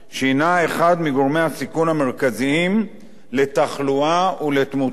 שהיא אחד מגורמי הסיכון המרכזיים לתחלואה ולתמותה.